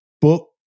book